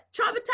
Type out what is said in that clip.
Traumatized